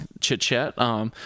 chit-chat